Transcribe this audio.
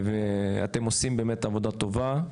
אתם עושים באמת עבודה טובה,